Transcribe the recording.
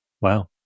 Wow